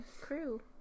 Crew